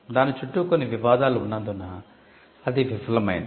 దాని చుట్టూ కొన్ని వివాదాలు ఉన్నందున అది విఫలమైంది